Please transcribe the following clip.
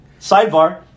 sidebar